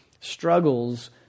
struggles